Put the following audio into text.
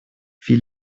wie